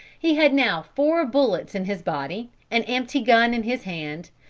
he had now four bullets in his body, an empty gun in his hand,